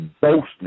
Boasting